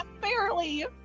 Barely